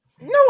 No